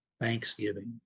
thanksgiving